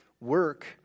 Work